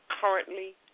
currently